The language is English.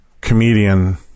comedian